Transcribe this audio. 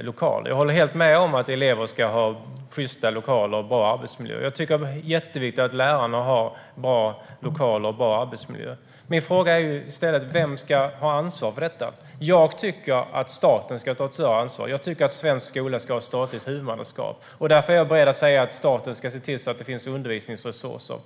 lokaler - att elever ska ha sjysta lokaler och bra arbetsmiljö. Jag tycker att det är jätteviktigt att lärarna har bra lokaler och arbetsmiljö. Min fråga är i stället vem som ska ha ansvar för detta. Jag tycker att staten ska ta ett större ansvar. Jag tycker att svensk skola ska ha statligt huvudmannaskap, och därför är jag beredd att säga att staten ska se till så att det finns undervisningsresurser.